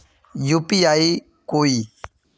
UPI कोई